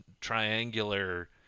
triangular